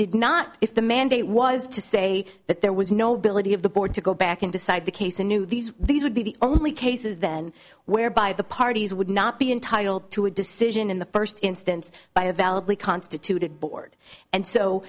did not if the mandate was to say that there was nobody of the board to go back and decide the case in new these these would be the only cases then where by the parties would not be entitled to a decision in the first instance by a valid lee constituted board and so